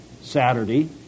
Saturday